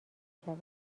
شود